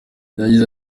yagize